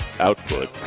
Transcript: Output